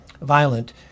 violent